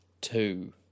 two